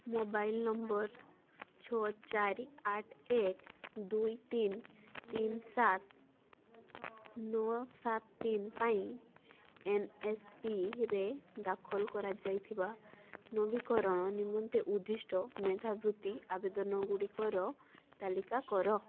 mobile number ଛଅ ଚାରି ଆଠ ଏକ ଦୁଇ ତିନି ତିନି ସାତ ନଅ ସାତ ତିନି ପାଇଁ ଏନ୍ଏସ୍ପିରେ ଦାଖଲ କରାଯାଇଥିବା ନବୀକରଣ ନିମନ୍ତେ ଉଦ୍ଦିଷ୍ଟ ମେଧାବୃତ୍ତି ଆବେଦନଗୁଡ଼ିକର ତାଲିକା କର